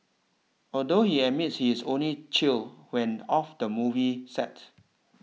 although he admits he is only chill when off the movie set